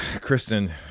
Kristen